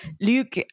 Luke